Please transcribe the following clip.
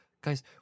guys